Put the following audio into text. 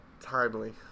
Timely